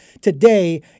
today